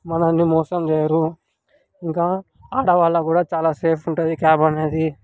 మనలని మోసం చేయరు ఇంకా ఆడవాళ్ళకి కూడా చాలా సేఫ్ ఉంటుంది క్యాబ్ అనేది